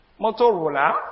Motorola